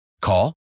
Call